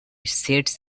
seat